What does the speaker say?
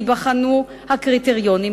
ייבחנו הקריטריונים,